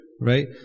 right